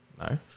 no